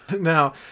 Now